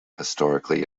historically